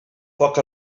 foc